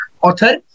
author